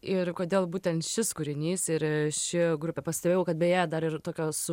ir kodėl būtent šis kūrinys ir ši grupė pastebėjau kad beje dar ir tokios